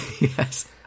Yes